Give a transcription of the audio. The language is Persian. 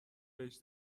بهش